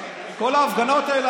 כל ההפגנות האלה,